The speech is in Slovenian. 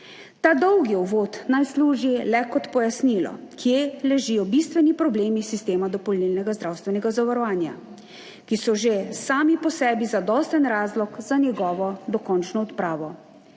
Ta dolg uvod naj služi le kot pojasnilo, kje ležijo bistveni problemi sistema dopolnilnega zdravstvenega zavarovanja, ki so že sami po sebi zadosten razlog za njegovo dokončno odpravo.